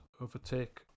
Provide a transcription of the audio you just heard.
overtake